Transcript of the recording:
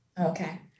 Okay